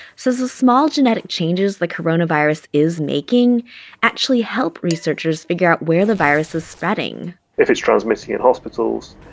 says the small genetic changes the coronavirus is making actually help researchers figure out where the virus is spreading if it's transmitting at hospitals,